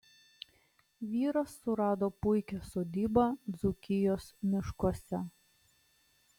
vyras surado puikią sodybą dzūkijos miškuose